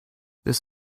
this